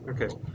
Okay